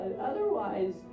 otherwise